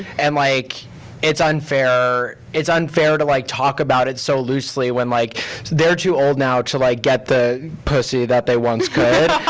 and like it's unfair it's unfair to like talk about it so loosely when like they're too old now to like get the pussy that they once could,